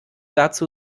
dazu